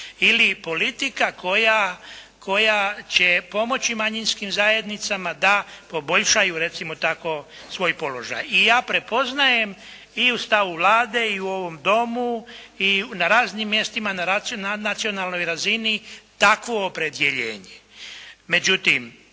ili politika koja će pomoći manjinskim zajednicama da poboljšaju recimo tako, svoj položaj. I ja prepoznajem i u stavu Vlade i u ovom Domu i na raznim mjestima na racionalnoj razini takvo opredjeljenje.